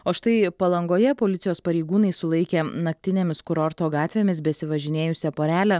o štai palangoje policijos pareigūnai sulaikė naktinėmis kurorto gatvėmis besivažinėjusią porelę